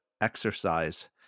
exercise